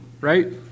right